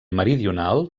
meridional